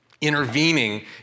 Intervening